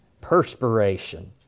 perspiration